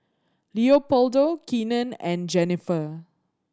Leopoldo Keenan and Jennifer